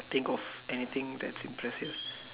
think of anything that's impressive